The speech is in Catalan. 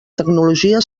tecnologia